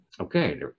okay